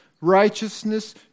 righteousness